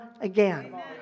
again